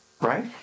Right